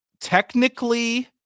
Technically